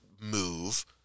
move